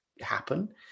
happen